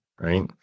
Right